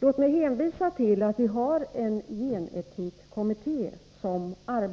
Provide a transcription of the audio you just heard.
Låt mig hänvisa till att det finns en gen-etikkommitté,